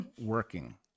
working